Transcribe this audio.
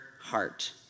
heart